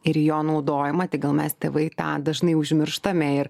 ir jo naudojimą tik gal mes tėvai tą dažnai užmirštame ir